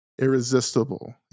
Irresistible